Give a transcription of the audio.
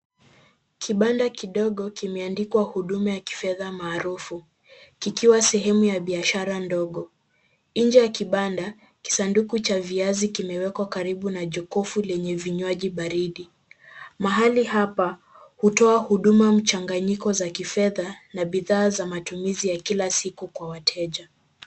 Kibanda kidogo kimeandikwa huduma ya kifedha maarufu kikiwa sehemu ya biashara ndogo. Nje ya kibanda kisanduku cha viazi kimewekwa karibu na jokofu lenye vinywaji baridi. Mahali hapa hutoa huduma mchanganyiko za kifedha na bidhaa za matumizi ya kila siku kwa wateja.